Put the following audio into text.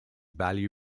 value